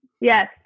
yes